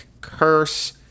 curse